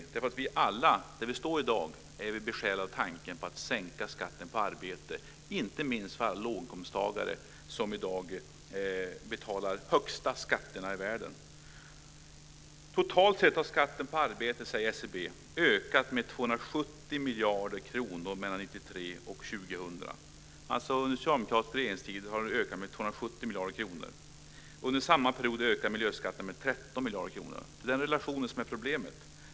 I dag är vi alla besjälade av tanken på att sänka skatten på arbete, inte minst för alla låginkomsttagare som i dag betalar de högsta skatterna i världen. SCB säger att skatten på arbete totalt sett har ökat med 270 miljarder kronor mellan 1993 och 2000. Under den socialdemokratiska regeringstiden har den ökat med 270 miljarder kronor. Under samma period ökar miljöskatterna med 13 miljarder kronor. Det är den relationen som är problemet.